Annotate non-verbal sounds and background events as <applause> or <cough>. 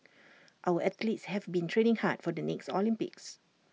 <noise> our athletes have been training hard for the next Olympics